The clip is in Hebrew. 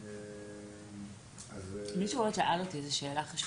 אז הוא יוכל לקבל גמול גם על השעות